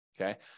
Okay